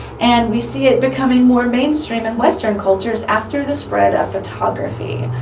and we see it becoming more mainstream and western cultures after the spread of photography.